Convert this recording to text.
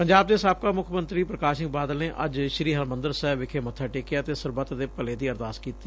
ਪੰਜਾਬ ਦੇ ਸਾਬਕਾ ਮੁੱਖ ਮੰਤਰੀ ਪ੍ਕਾਸ਼ ਸਿੰਘ ਬਾਦਲ ਨੇ ਅੱਜ ਸ੍ਰੀ ਹਰਿੰਦਰ ਸਾਹਿਬ ਵਿਖੇ ਮੱਬਾ ਟੇਕਿਆ ਅਤੇ ਸਰਬੱਤ ਦੇ ਭਲੇ ਦੀ ਅਰਦਾਸ ਕੀਤੀ